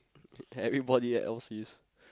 everybody at else is